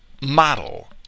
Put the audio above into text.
model